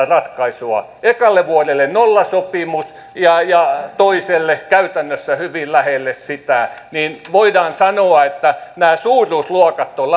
ratkaisua ekalle vuodelle nollasopimus ja ja toiselle käytännössä hyvin lähelle sitä niin voidaan sanoa että nämä suuruusluokat ovat